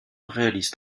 réalise